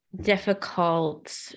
difficult